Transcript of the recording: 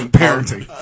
parenting